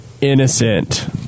innocent